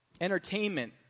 Entertainment